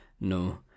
No